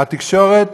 התקשורת,